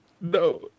No